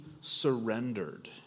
surrendered